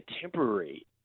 temporary